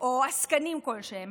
או עסקנים כלשהם.